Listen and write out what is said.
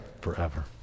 Forever